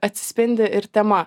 atsispindi ir tema